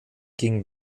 ging